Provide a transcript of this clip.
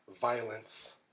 violence